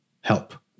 help